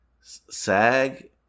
SAG